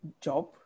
Job